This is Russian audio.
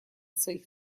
своих